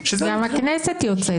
גם הכנסת יוצאת.